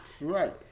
Right